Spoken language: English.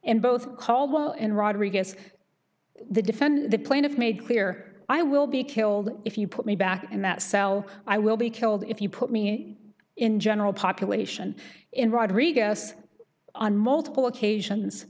in both caldwell and rodriguez the defend the plaintiffs made clear i will be killed if you put me back in that cell i will be killed if you put me in general population in rodriguez on multiple occasions